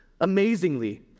amazingly